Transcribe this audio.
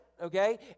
okay